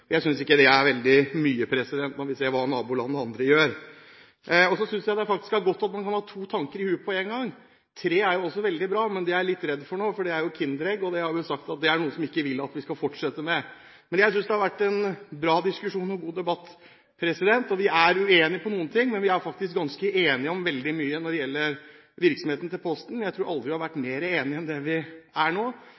siden. Jeg synes ikke det er veldig mye når vi ser hva naboland og andre gjør. Så synes jeg faktisk det er godt at man kan ha to tanker i hodet på en gang, tre er også veldig bra, men det er jeg litt redd for nå, for det er jo kinderegg, og det har de sagt at er noe de ikke vil at vi skal fortsette med. Men jeg synes det har vært en bra diskusjon og en god debatt, og vi er uenige i noe, men vi er faktisk ganske enige om veldig mye når det gjelder Postens virksomhet. Jeg tror aldri vi har vært